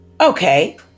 Okay